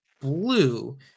blue